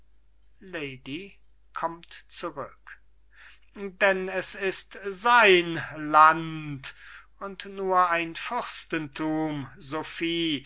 denn es ist sein land und nur ein fürstenthum